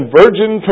virgin